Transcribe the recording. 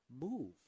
move